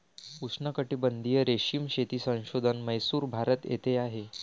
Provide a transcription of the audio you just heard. उष्णकटिबंधीय रेशीम शेती संशोधन म्हैसूर, भारत येथे आहे